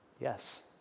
Yes